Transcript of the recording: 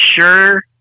sure